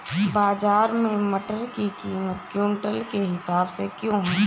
बाजार में मटर की कीमत क्विंटल के हिसाब से क्यो है?